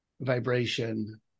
vibration